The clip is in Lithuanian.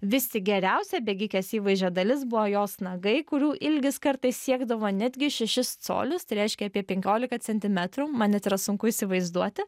vis tik geriausia bėgikės įvaizdžio dalis buvo jos nagai kurių ilgis kartais siekdavo netgi šešis colius tai reiškia apie penkiolika centimetrų man net yra sunku įsivaizduoti